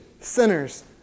sinners